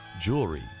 jewelry